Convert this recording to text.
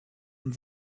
und